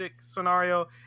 scenario